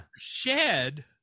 Shed